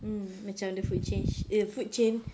mm macam the food change eh food chain